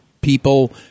people